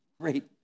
great